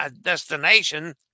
destination